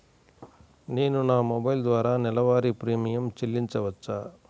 నేను నా మొబైల్ ద్వారా నెలవారీ ప్రీమియం చెల్లించవచ్చా?